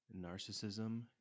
narcissism